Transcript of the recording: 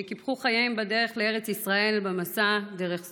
שקיפחו חייהם בדרך לארץ ישראל במסע דרך סודאן.